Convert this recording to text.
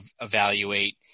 evaluate